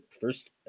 first